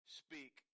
speak